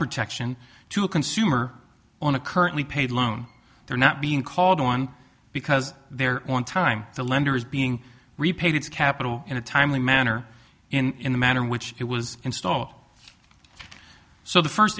protection to a consumer on a currently paid loan they're not being called one because they're on time the lender is being repaid its capital in a timely manner in the manner in which it was installed so the first